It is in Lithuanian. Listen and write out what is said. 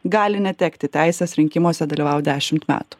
gali netekti teisės rinkimuose dalyvaut dešimt metų